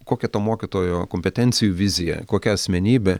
kokia to mokytojo kompetencijų vizija kokia asmenybė